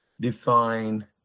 define